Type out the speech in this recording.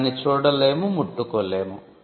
దాన్ని చూడలేముముట్టుకోలేము